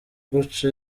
guca